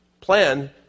Plan